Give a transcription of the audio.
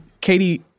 Katie